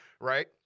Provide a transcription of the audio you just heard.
right